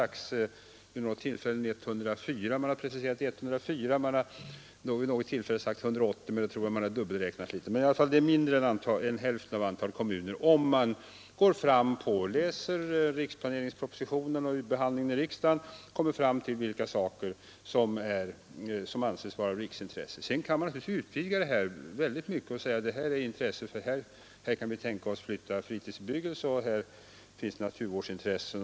Man har vid något tillfälle preciserat antalet till 104, men siffran 180 är också nämnd — då tror jag emellertid att man har dubbelräknat i vissa fall. Det gäller under alla förhållanden mindre än hälften av samtliga kommuner; till det resultatet kommer man om man i riksplaneringspropositionen och i övriga handlingar undersöker vilka saker som anses vara av riksplaneringsintresse. Sedan kan man naturligtvis vidga begreppet och säga: Det och det är ett sådant intresse — här kan vi tänka oss att flytta fritidsbebyggelse och här finns det naturvårdsintressen.